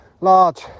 large